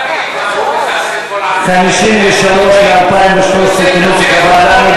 53 ל-2013, כנוסח הוועדה.